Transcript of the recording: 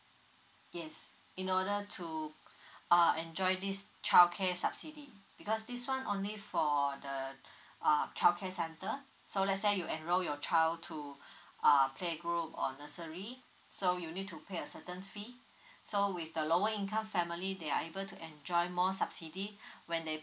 yes in order to uh enjoy this childcare subsidy because this one only for the uh childcare center so lets say you enroll your child to uh play group or nursery so you need to pay a certain fee so with the lower income family they are able to enjoy more subsidy when they